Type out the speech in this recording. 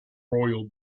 royal